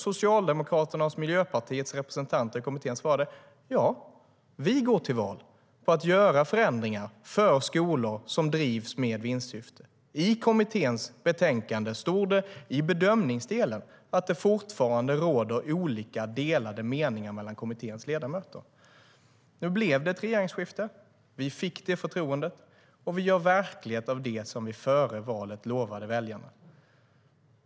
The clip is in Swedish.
Socialdemokraternas och Miljöpartiets representanter i kommittén svarade: Ja, vi går till val på att göra förändringar för skolor som drivs med vinstsyfte. I kommitténs betänkande står det i bedömningsdelen att det fortfarande råder delade meningar mellan kommitténs ledamöter. Nu blev det ett regeringsskifte. Vi fick det förtroendet, och vi gör verklighet av det som vi före valet lovade väljarna.